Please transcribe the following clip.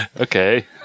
Okay